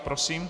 Prosím.